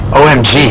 omg